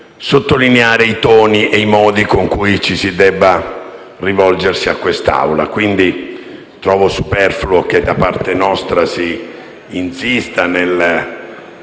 sottolineare i toni e i modi con cui ci si debba rivolgere in quest'Aula, quindi trovo superfluo che da parte nostra si insista nel